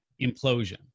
implosion